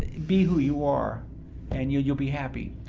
be who you are and you'll you'll be happy.